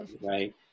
right